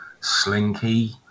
slinky